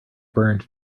burned